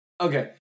Okay